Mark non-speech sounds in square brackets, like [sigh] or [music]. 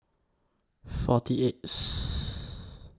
forty eightth [noise]